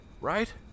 Right